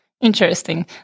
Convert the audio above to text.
Interesting